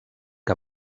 que